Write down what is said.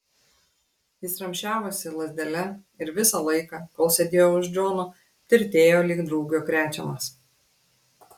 jis ramsčiavosi lazdele ir visą laiką kol sėdėjo už džono tirtėjo lyg drugio krečiamas